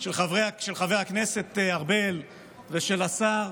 של חבר הכנסת ארבל ושל השר.